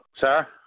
Sir